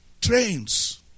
Trains